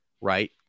Right